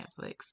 Netflix